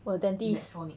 我有 dentist